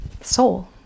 soul